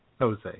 Jose